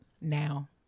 now